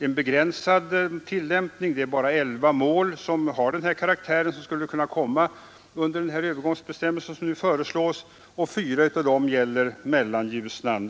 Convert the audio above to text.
är begränsad. Det är bara 11 mål som är av den karaktären att de skulle bli berörda av den övergångsbestämmelse som nu föreslås, och fyra av dem gäller just Mellanljusnan.